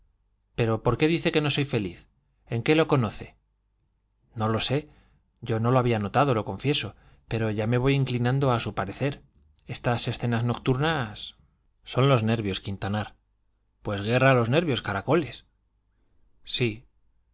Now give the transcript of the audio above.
pero por qué dice que no soy feliz en qué lo conoce no lo sé yo no lo había notado lo confieso pero ya me voy inclinando a su parecer estas escenas nocturnas son los nervios quintanar pues guerra a los nervios caracoles sí